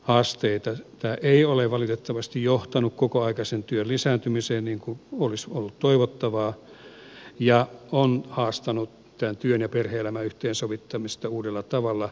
tämä ei ole valitettavasti johtanut kokoaikaisen työn lisääntymiseen niin kuin olisi ollut toivottavaa ja on haastanut työ ja perhe elämän yhteensovittamista uudella tavalla